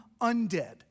undead